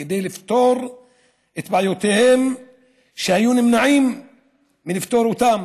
כדי לפתור בעיות שהיום נמנעים מלפתור אותן.